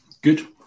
Good